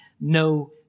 no